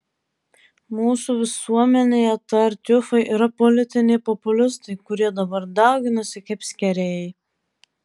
mūsų visuomenėje tartiufai yra politiniai populistai kurie dabar dauginasi kaip skėriai